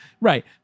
Right